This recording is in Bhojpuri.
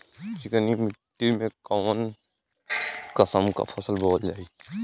चिकनी मिट्टी में कऊन कसमक फसल बोवल जाई?